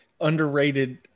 underrated